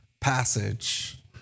passage